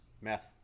Meth